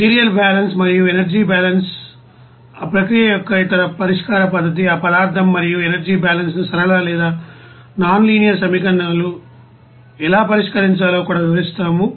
material balance మరియు energy balance మరియు ఆ ప్రక్రియ యొక్క ఇతర పరిష్కార పద్ధతి ఆ పదార్థం మరియు ఎనర్జీ బాలన్స్ ను సరళ లేదా నాన్ లీనియర్ సమీకరణాలు ఎలా పరిష్కరించాలో కూడా వివరిస్తాము